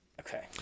Okay